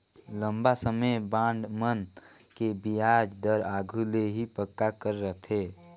लंबा समे बांड मन के बियाज दर आघु ले ही पक्का कर रथें